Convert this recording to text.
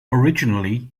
originally